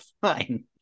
fine